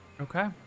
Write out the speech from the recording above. Okay